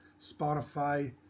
Spotify